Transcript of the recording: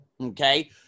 Okay